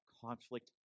conflict